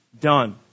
Done